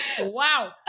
Wow